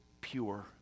pure